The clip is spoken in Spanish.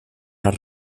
has